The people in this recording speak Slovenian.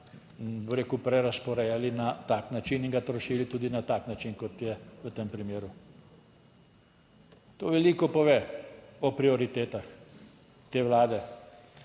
bi rekel, prerazporejali na tak način in ga trošili tudi na tak način, kot je v tem primeru. To veliko pove o prioritetah te Vlade.